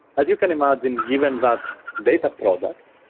as you can imagine, given that data product,